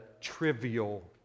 trivial